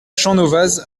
champnovaz